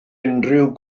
unrhyw